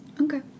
okay